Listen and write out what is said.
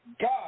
God